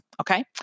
okay